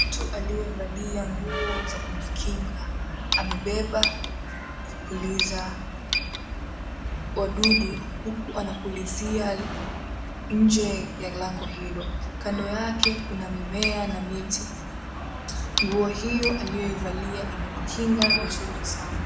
Mtu aliyevalia nguo za kujikinga amebeba kipuliza wadudu huku anapulizia nje ya lango hilo, kando yake kuna mimea na miti, nguo hiyo aliyoivalia imemukinga vizuri sana.